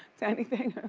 to anything.